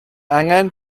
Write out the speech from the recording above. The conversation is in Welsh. angen